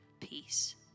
peace